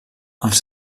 els